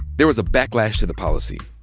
there was a backlash to the policy.